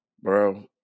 bro